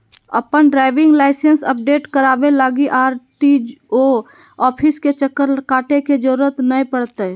अपन driving licence update कराबे लगी आर.टी.ओ ऑफिस के चक्कर काटे के जरूरत नै पड़तैय